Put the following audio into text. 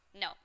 No